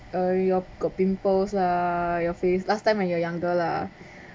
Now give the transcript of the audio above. err got pimples lah your face last time when you are younger lah